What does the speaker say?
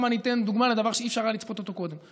אני אתן דוגמה לדבר שלא היה אפשר לצפות אותו קודם: